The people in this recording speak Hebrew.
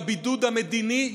בבידוד המדיני,